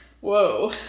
Whoa